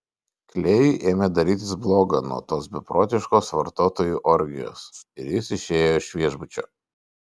klėjui ėmė darytis bloga nuo tos beprotiškos vartotojų orgijos ir jis išėjo iš viešbučio